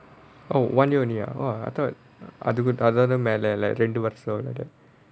oh one year only ah !wah! I thought அதுக்கு அதோட மேலால ரெண்டு வருஷம்:adhukku athoda melala rendu varusham like that